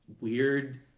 weird